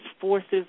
forces